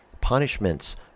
Punishments